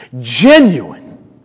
genuine